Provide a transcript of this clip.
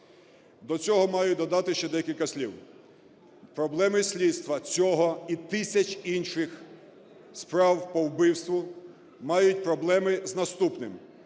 До цього маю додати ще декілька слів. Проблеми слідства цього і тисяч інших справ по вбивству мають проблеми з наступним.